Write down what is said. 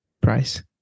price